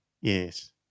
Yes